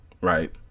right